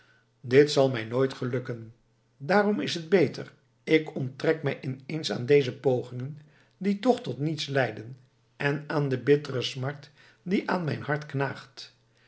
dit zal mij nooit gelukken daarom is het beter ik onttrek mij in eens aan deze pogingen die toch tot niets leiden en aan de bittere smart die aan mijn hart knaagt